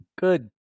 Good